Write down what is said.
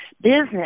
business